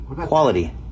Quality